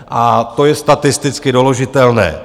A to je statisticky doložitelné.